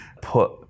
put